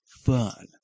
fun